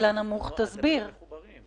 לגבי כשבועיים ימים האחרונים,